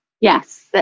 Yes